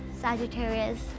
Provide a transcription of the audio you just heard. Sagittarius